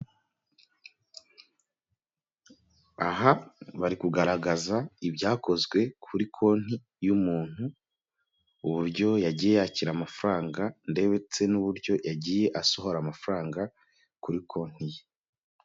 Aha bari kugaragaza ibyakozwe kuri konti y'umuntu, uburyo yagiye yakira amafaranga ndetse n'uburyo yagiye asohora amafaranga kuri konti ye.